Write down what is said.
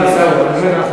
עיסאווי, בסדר, אתה מבין?